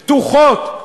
פתוחות,